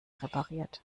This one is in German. repariert